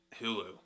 Hulu